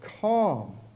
calm